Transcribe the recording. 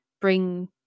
bring